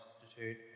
Institute